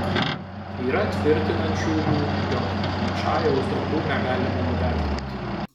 yra tvirtinančiųjų jog ničajaus darbų negalima nuvertinti